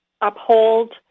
uphold